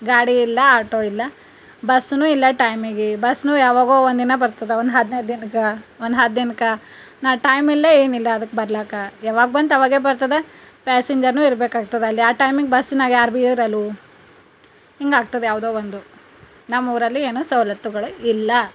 ಗಾಡಿ ಇಲ್ಲ ಆಟೋ ಇಲ್ಲ ಬಸ್ನು ಇಲ್ಲ ಟೈಮಿಗೆ ಬಸ್ನು ಯಾವಾಗೋ ಒಂದಿನ ಬರ್ತದ ಒಂದು ಹದಿನೈದು ದಿನಕ್ಕೆ ಒಂದು ಹತ್ತು ದಿನಕ್ಕೆ ನಾ ಟೈಮ್ ಇಲ್ಲ ಏನಿಲ್ಲ ಅದಕ್ಕೆ ಬರ್ಲಾಕ ಯಾವಾಗ್ ಬಂತು ಅವಾಗೇ ಬರ್ತದ ಪ್ಯಾಸೆಂಜರ್ನೂ ಇರಬೇಕಾಗ್ತದ ಅಲ್ಲಿ ಆ ಟೈಮಿಗೆ ಬಸ್ನಾಗ ಯಾರು ಬಿ ಇರಲ್ವು ಹಿಂಗಾಗ್ತದ ಯಾವುದೋ ಒಂದು ನಮ್ಮೂರಲ್ಲಿ ಏನು ಸವಲತ್ತುಗಳು ಇಲ್ಲ